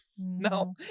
No